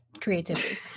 creativity